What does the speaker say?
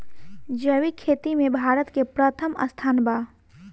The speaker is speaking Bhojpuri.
जैविक खेती में भारत के प्रथम स्थान बा